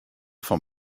fan